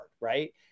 right